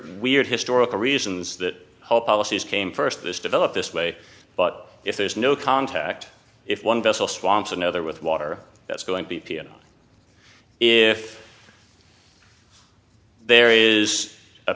weird historical reasons that whole policies came first this develop this way but if there's no contact if one vessel swamps another with water that's going b p and if there is a